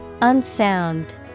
unsound